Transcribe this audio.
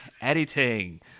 editing